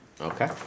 Okay